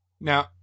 Now